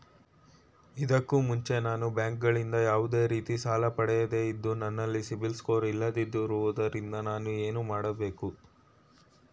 ಇದಕ್ಕೂ ಮುಂಚೆ ನಾನು ಬ್ಯಾಂಕ್ ಗಳಿಂದ ಯಾವುದೇ ರೀತಿ ಸಾಲ ಪಡೆಯದೇ ಇದ್ದು, ನನಲ್ಲಿ ಸಿಬಿಲ್ ಸ್ಕೋರ್ ಇಲ್ಲದಿರುವುದರಿಂದ ನಾನು ಏನು ಮಾಡಬೇಕು?